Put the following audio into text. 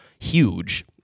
huge